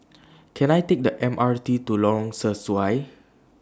Can I Take The M R T to Lorong Sesuai